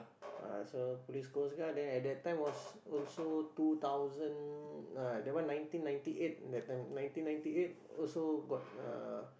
ah so police coastguard then at that time was also two thousand uh that one nineteen ninety eight that time nineteen ninety eight also got uh